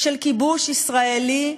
של כיבוש ישראלי,